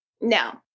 No